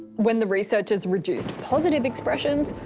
when the researchers reduced positive expressions